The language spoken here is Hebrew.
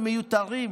למיותרים,